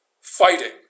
fighting